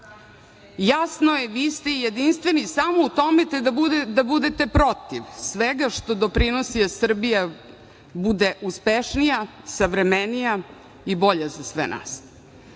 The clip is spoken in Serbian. Jasno je, vi ste jedinstveni samo u tome da budete protiv svega što doprinosi da Srbija bude uspešnija, savremenija i bolja za sve